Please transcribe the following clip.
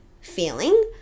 feeling